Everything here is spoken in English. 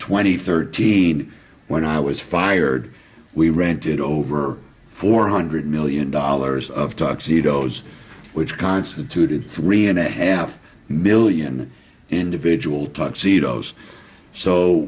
twenty thirteen when i was fired we rented over four hundred million dollars of tuxedoes which constituted three and a half million individual tuxedoes so